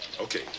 Okay